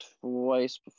twice